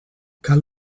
cal